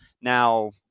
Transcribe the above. now